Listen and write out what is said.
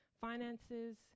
finances